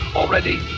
already